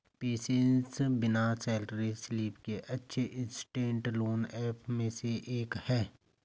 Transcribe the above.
PaySense बिना salary slip के सबसे अच्छे इंस्टेंट लोन ऐप में से एक है